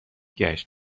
گشت